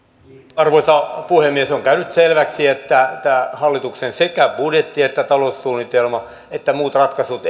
arvoisa puhemies on käynyt selväksi että sekä tämä hallituksen budjetti ja taloussuunnitelma että muut ratkaisut